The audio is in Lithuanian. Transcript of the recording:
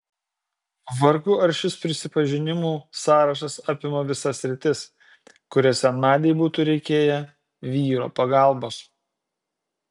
vargu ar šis prisipažinimų sąrašas apima visas sritis kuriose nadiai būtų reikėję vyro pagalbos